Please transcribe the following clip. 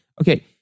okay